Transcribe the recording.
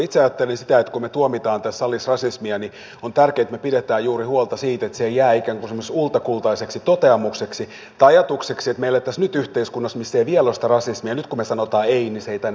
itse ajattelin sitä että kun me tuomitsemme tässä salissa rasismin niin on tärkeätä että me pidämme huolta juuri siitä että se ei jää ikään kuin semmoiseksi ulkokultaiseksi toteamukseksi tai ajatukseksi että kun meillä ei nyt ole tässä yhteiskunnassa vielä sitä rasismia niin nyt kun me sanomme ei niin se ei tänne rantaudu